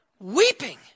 weeping